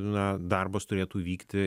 na darbas turėtų vykti